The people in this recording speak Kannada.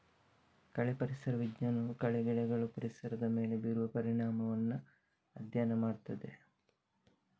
ಕಳೆ ಪರಿಸರ ವಿಜ್ಞಾನವು ಕಳೆ ಗಿಡಗಳು ಪರಿಸರದ ಮೇಲೆ ಬೀರುವ ಪರಿಣಾಮವನ್ನ ಅಧ್ಯಯನ ಮಾಡ್ತದೆ